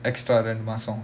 extra ரெண்டு மாசம்:rendu maasam